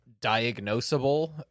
diagnosable